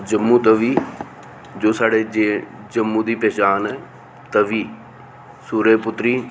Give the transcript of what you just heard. जम्मू तवी जो साढ़े जम्मू दी पऩ्छान ऐ तवी सूर्य पुत्री